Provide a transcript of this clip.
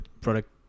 product